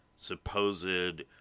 Supposed